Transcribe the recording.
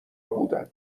بودند